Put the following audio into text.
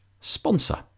sponsor